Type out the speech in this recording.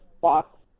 box